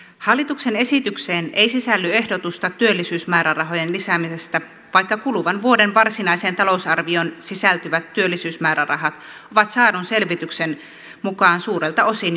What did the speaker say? hallituksen esitykseen ei sisälly ehdotusta työllisyysmäärärahojen lisäämisestä vaikka kuluvan vuoden varsinaiseen talousarvioon sisältyvät työllisyysmäärärahat ovat saadun selvityksen mukaan suurelta osin jo sidotut